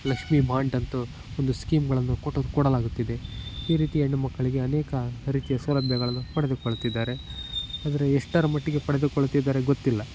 Lakshmi bond ಅಂತು ಒಂದು scheme ಗಳನ್ನು ಕೊಡಲಾಗುತ್ತಿದೆ ಈ ರೀತಿ ಹೆಣ್ಣುಮಕ್ಕಳಿಗೆ ಅನೇಕ ರೀತಿಯ ಸೌಲಭ್ಯಗಳನ್ನು ಪಡೆದುಕೊಳ್ಳುತ್ತಿದ್ದಾರೆ ಆದರೆ ಎಷ್ಟರ ಮಟ್ಟಿಗೆ ಪಡೆದುಕೊಳ್ಳುತ್ತಿದ್ದಾರೆ ಗೊತ್ತಿಲ್ಲ